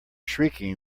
shrieking